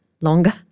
longer